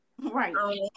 Right